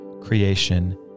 creation